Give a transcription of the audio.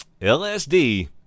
lsd